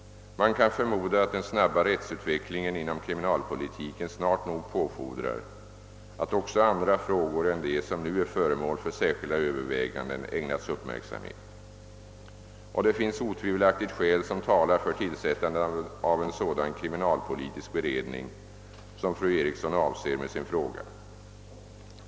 Man kan förmoda att den snabba rättsutvecklingen inom kriminalpolitiken snart nog påfordrar att också andra frågor än de som nu är föremål för särskilda överväganden ägnas uppmärksamhet. Det finns otvivelaktigt skäl som talar för tillsättandet av en sådan kriminalpolitisk beredning som fru Eriksson avser med sin fråga.